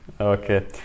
Okay